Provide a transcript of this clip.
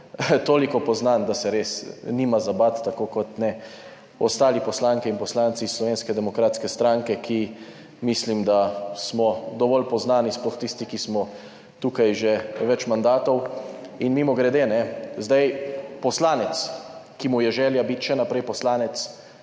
toliko poznan, da se res nima za bati, tako kot ne ostali poslanke in poslanci Slovenske demokratske stranke, ki mislim, da smo dovolj poznani, sploh tisti, ki smo tukaj že več mandatov. In mimogrede, zdaj poslanec, ki mu je želja biti še naprej poslanec